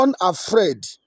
unafraid